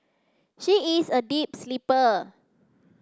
she is a deep sleeper